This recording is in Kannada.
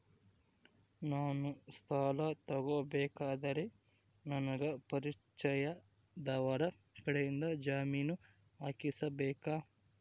ನಾನು ಸಾಲ ತಗೋಬೇಕಾದರೆ ನನಗ ಪರಿಚಯದವರ ಕಡೆಯಿಂದ ಜಾಮೇನು ಹಾಕಿಸಬೇಕಾ?